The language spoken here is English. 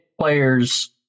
players